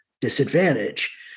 disadvantage